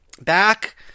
back